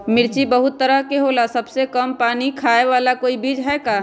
मिर्ची बहुत तरह के होला सबसे कम पानी खाए वाला कोई बीज है का?